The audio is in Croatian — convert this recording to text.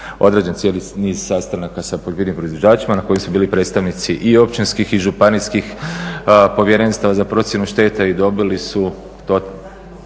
Odrađen cijeli niz sastanaka sa poljoprivrednim proizvođačima na kojem su bili predstavnici i općinskih i županijskih povjerenstava za procjenu šteta i dobili su